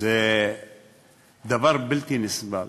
זה דבר בלתי נסבל,